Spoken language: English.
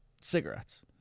cigarettes